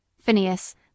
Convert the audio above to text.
Phineas